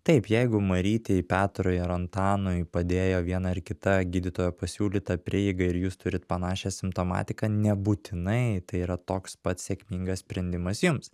taip jeigu marytei petrui ir antanui padėjo viena ar kita gydytojo pasiūlyta prieiga ir jūs turit panašią simptomatiką nebūtinai tai yra toks pats sėkmingas sprendimas jums